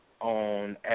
On